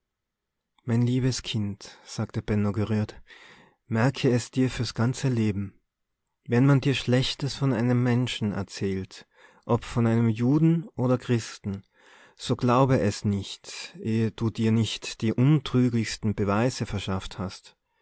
mein liebes kind sagte benno gerührt merke es dir fürs ganze leben wenn man dir schlechtes von einem menschen erzählt ob von einem juden oder christen so glaube es nicht ehe du dir nicht die untrüglichsten beweise verschafft hast